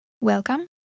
Welcome